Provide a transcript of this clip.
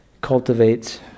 cultivates